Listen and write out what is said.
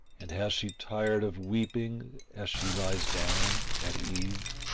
and has she tired of weeping as she lies down at eve?